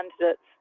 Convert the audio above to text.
candidates